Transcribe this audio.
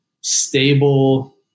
stable